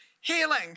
Healing